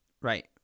right